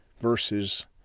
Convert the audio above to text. verses